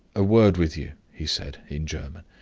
a word with you, he said, in german.